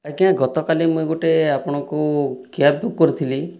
ଆଜ୍ଞା ଗତକାଲି ମୁଁ ଗୋଟିଏ ଆପଣଙ୍କୁ କ୍ୟାବ ବୁକ କରିଥିଲି